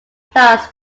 class